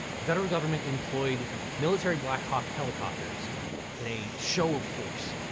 the federal government employed military black hawk helicopters in a show of force,